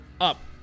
Up